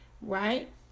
right